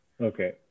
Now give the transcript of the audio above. Okay